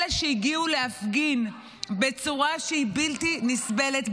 אלה שהגיעו להפגין בצורה שהיא בלתי נסבלת,